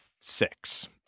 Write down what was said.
six